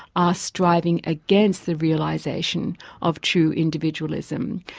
are striving against the realisation of true individualism.